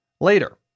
later